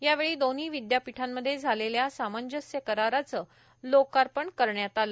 यावेळी दोन्ही विद्यापीठांमध्ये झालेल्या सामंजस्य कराराचं लोकार्पण करण्यात आलं